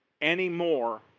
anymore